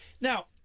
Now